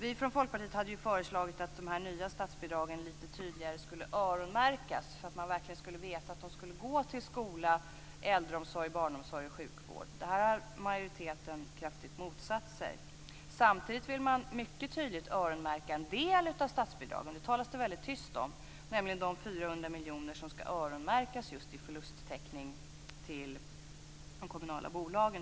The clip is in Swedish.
Vi hade från Folkpartiet föreslagit att de nya statsbidragen skulle öronmärkas tydligare, för att man verkligen skulle veta att de går till skola, äldreomsorg, barnomsorg och sjukvård. Majoriteten har kraftigt motsatt sig detta. Samtidigt vill man mycket tydligt öronmärka en del av statsbidragen - det talas det tyst om - nämligen de 400 miljoner som skall öronmärkas just till förlusttäckning till de kommunala bolagen.